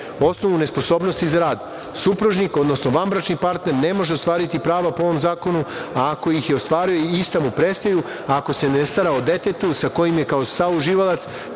osnovu nesposobnosti za rad supružnik, odnosno vanbračni partner ne može ostvariti prava po ovom zakonu, a ako ih je ostvario i ista mu prestaju ako se ne stara o detetu sa kojim je kao sauživalac